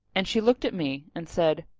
and she looked at me and said,